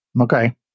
Okay